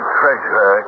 treasure